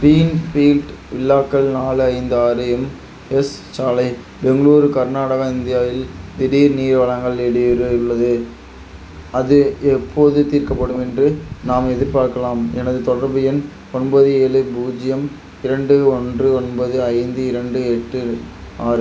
Greenfield வில்லாக்கள் நாலு ஐந்து ஆறு எம் எஸ் சாலை பெங்களூரு கர்நாடகா இந்தியாவில் திடீர் நீர் வழங்கல் இடையூறு உள்ளது அது எப்போது தீர்க்கப்படும் என்று நாம் எதிர்பார்க்கலாம் எனது தொடர்பு எண் ஒன்பது ஏழு பூஜ்ஜியம் இரண்டு ஒன்று ஒன்பது ஐந்து இரண்டு எட்டு ஆறு